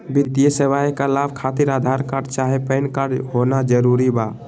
वित्तीय सेवाएं का लाभ खातिर आधार कार्ड चाहे पैन कार्ड होना जरूरी बा?